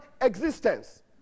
existence